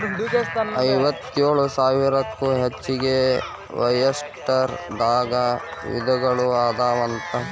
ಐವತ್ತೇಳು ಸಾವಿರಕ್ಕೂ ಹೆಚಗಿ ಒಯಸ್ಟರ್ ದಾಗ ವಿಧಗಳು ಅದಾವಂತ